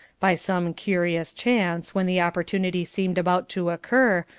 by some curious chance, when the opportunity seemed about to occur,